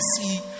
see